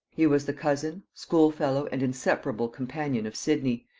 he was the cousin, school-fellow, and inseparable companion of sidney,